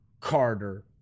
Carter